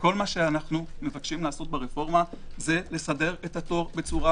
כל מה שאנו מבקשים לעשות ברפורמה זה לסדר את התור בצורה